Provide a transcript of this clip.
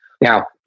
Now